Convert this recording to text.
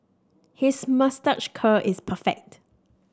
his moustache curl is perfect